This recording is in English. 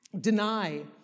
deny